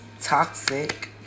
toxic